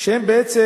והם בעצם